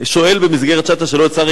שואל במסגרת שעת השאלות את השר,